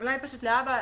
אולי להבא,